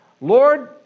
Lord